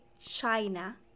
China